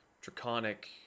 draconic